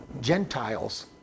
Gentiles